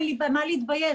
אין לי במה להתבייש.